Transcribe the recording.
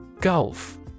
Gulf